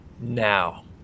now